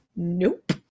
Nope